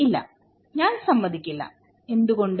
ഇല്ല ഞാൻ സമ്മതിക്കില്ല എന്തുകൊണ്ട്